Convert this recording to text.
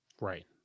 Right